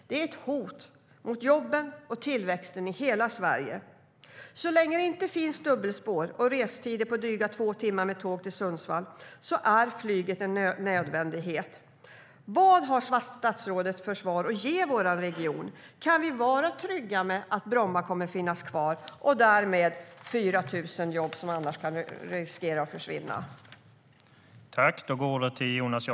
Det är ett hot mot jobben och tillväxten i hela Sverige. Så länge det inte finns dubbelspår och restider på drygt två timmar med tåg till Sundsvall är flyget en nödvändighet.